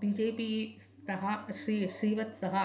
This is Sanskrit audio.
बी जे पी तः श्री श्रीवत्सः